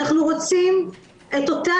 אנחנו רוצים את אותה